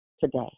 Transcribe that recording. today